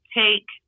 take